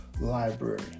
Library